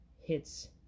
hits